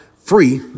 Free